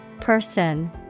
Person